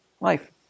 life